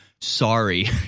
sorry